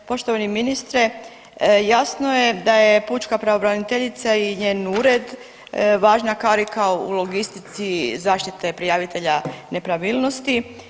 Poštovani ministre, jasno je da je pučka pravobraniteljica i njen ured važna karika u logistici zaštite prijavitelja nepravilnosti.